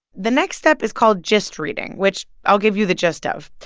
the next step is called gist reading, which i'll give you the gist of.